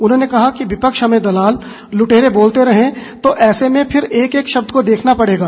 उन्होंने कहा कि विपक्ष हमें दलाल लुटेरे बोलते रहें तो ऐसे में फिर एक एक शब्द को देखना पड़ेगा